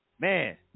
Man